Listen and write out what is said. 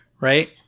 Right